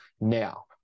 now